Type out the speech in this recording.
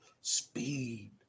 speed